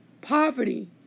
poverty